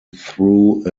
through